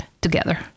together